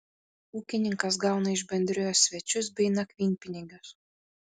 ūkininkas gauna iš bendrijos svečius bei nakvynpinigius